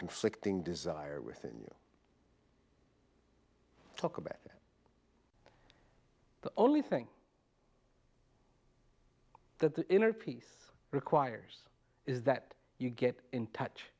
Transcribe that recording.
conflicting desire within you talk about the only thing that inner peace requires is that you get in touch